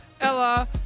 Ella